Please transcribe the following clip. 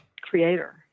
creator